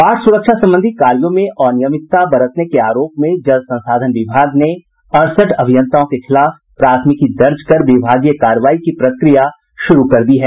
बाढ़ सुरक्षा संबंधी कार्यो में अनियमितता बरतने के आरोप में जल संसाधन विभाग ने अड़सठ अभियंताओं के खिलाफ प्राथमिकी दर्ज कर विभागीय कार्रवाई की प्रक्रिया शुरू कर दी है